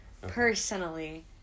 Personally